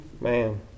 man